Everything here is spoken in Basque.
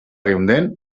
geunden